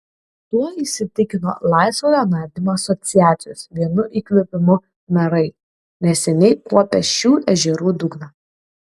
tuo įsitikino laisvojo nardymo asociacijos vienu įkvėpimu narai neseniai kuopę šių ežerų dugną